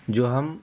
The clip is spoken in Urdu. جو ہم